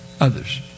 Others